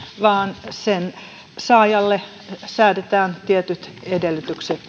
vaan sen saajalle säädetään tietyt edellytykset